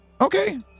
Okay